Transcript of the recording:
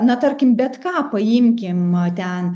na tarkim bet ką paimkim ten